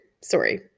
Sorry